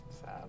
sad